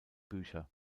bücher